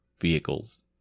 vehicles